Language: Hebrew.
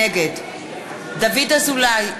נגד דוד אזולאי,